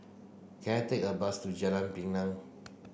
can I take a bus to Jalan Pinang